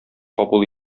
кабул